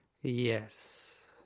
Yes